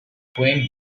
queen